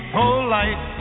polite